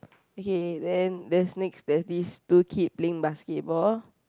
okay then there's next there's these two kid playing basketball